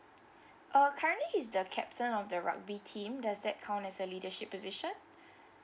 uh currently he's the captain of the rugby team does that count as a leadership position